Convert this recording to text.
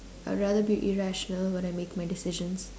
I'd rather be irrational when I make my decisions